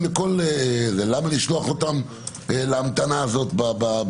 לכולם ולכן למה לשלוח אותם להמתנה במלוניות?